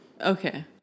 Okay